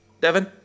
Devon